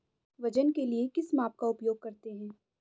वजन के लिए किस माप का उपयोग करते हैं?